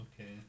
Okay